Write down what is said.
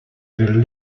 del